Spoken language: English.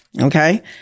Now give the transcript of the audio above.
okay